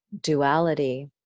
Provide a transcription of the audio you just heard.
duality